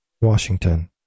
Washington